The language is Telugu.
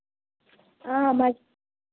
మ